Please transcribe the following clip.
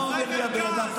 מה אומר לי הבן אדם?